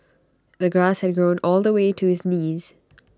the grass had grown all the way to his knees